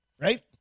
Right